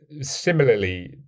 similarly